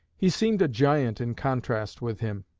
he seemed a giant in contrast with him.